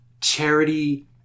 Charity